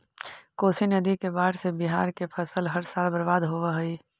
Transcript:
कोशी नदी के बाढ़ से बिहार के फसल हर साल बर्बाद होवऽ हइ